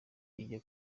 ijya